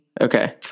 Okay